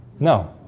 no